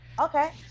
okay